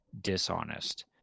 dishonest